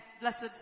blessed